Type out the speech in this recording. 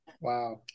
Wow